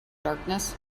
darkness